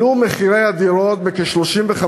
עלו מחירי הדירות בכ-30%,